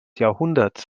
jahrhunderts